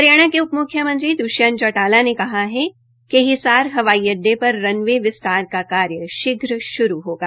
हरियाणा के उप मुख्यमंत्री दृष्यंत चौटाला ने कहा है कि हिसार हवाई अड्डे पर रन वे विस्तार का कार्य शीघ्र श्रू होगा